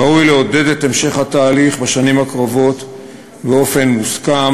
ראוי לעודד את המשך התהליך בשנים הקרובות באופן מוסכם